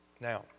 Now